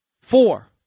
Four